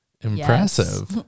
impressive